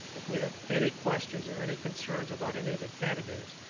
if we have any questions or any concerns about any of the candidates,